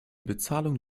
bezahlung